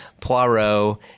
Poirot